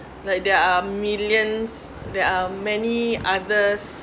like there are millions there are many others